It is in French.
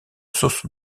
sauce